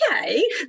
okay